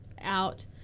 out